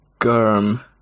Gurm